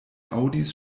aŭdis